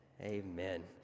Amen